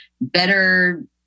better